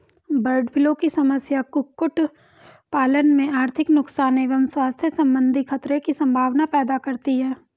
bird flu की समस्या कुक्कुट पालन में आर्थिक नुकसान एवं स्वास्थ्य सम्बन्धी खतरे की सम्भावना पैदा करती है